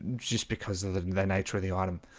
just because of their nature of the item